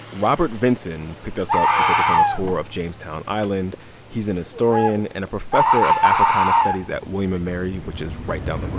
robert vinson picked us up to take us on a tour of jamestown island he's an historian and a professor of africana studies at william and mary, which is right down